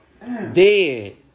Dead